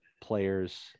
players